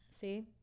see